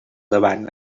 davant